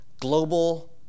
global